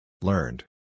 Learned